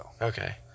Okay